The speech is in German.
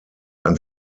ein